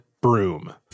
broom